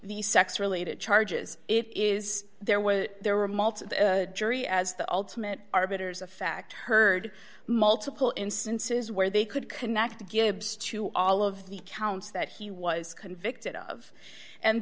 the sex related charges it is there was there were multiple jury as the ultimate arbiters of fact heard multiple instances where they could connect gibbs to all of the counts that he was convicted of and